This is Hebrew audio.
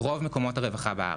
כך ברוב מקומות הרווחה בארץ.